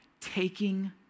taking